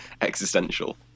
existential